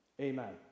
Amen